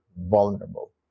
vulnerable